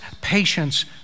patience